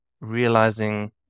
realizing